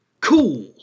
cool